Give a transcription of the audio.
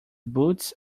boots